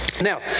Now